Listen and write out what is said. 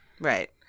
right